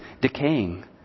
decaying